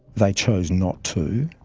they chose not to.